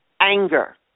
anger